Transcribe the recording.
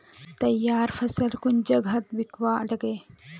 तैयार फसल कुन जगहत बिकवा लगे?